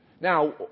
Now